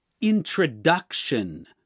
introduction